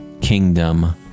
kingdom